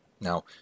Now